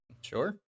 Sure